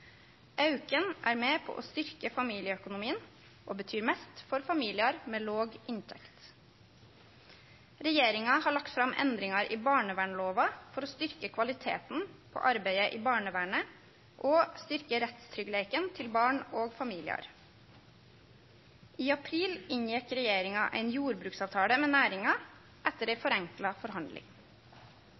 Auken er med på å styrkje familieøkonomien og betyr mest for familiar med låg inntekt. Regjeringa har lagt fram endringar i barnevernlova for å styrkje kvaliteten på arbeidet i barnevernet og styrkje rettstryggleiken til barn og familiar. I april inngjekk regjeringa ein jordbruksavtale med næringa, etter ei forenkla forhandling.